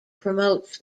promotes